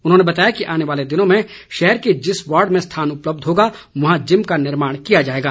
उन्होंने बताया कि आने वाले दिनों में शहर के जिस वार्ड में स्थान उपलब्ध होगा वहां जिम का निर्माण किया जाएगा